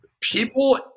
people